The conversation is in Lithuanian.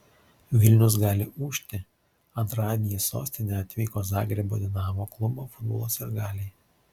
vilnius gali ūžti antradienį į sostinę atvyko zagrebo dinamo klubo futbolo sirgaliai